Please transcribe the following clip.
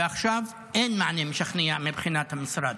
ועכשיו אין מענה משכנע מבחינת המשרד.